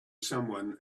someone